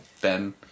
Ben